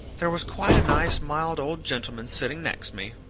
there was quite a nice mild old gentleman sitting next me,